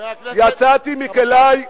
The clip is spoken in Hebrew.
יצאת מכלי,